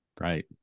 Right